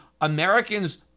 Americans